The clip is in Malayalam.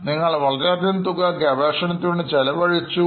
നിങ്ങൾ വളരെയധികം തുക ഗവേഷണത്തിനു വേണ്ടി ചെലവഴിച്ചു